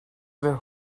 were